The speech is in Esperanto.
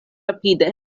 rapide